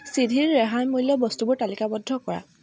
সিধিৰ ৰেহাই মূল্যৰ বস্তুবোৰ তালিকাবদ্ধ কৰা